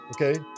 Okay